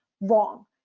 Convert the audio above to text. Wrong